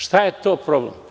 Šta je tu problem?